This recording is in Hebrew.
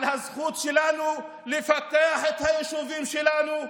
על הזכות שלנו לפתח את היישובים שלנו.